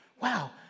wow